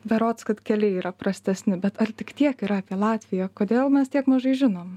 berods kad keliai yra prastesni bet ar tik tiek yra apie latviją kodėl mes tiek mažai žinom